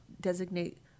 designate